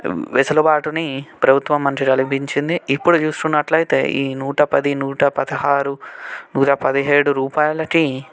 వెసులుబాటుని ప్రభుత్వం మనకి కల్పించింది ఇప్పుడు చూసుకున్నట్లయితే ఈ నూట పది నూట పదహారు నూట పదిహేడు రూపాయలకి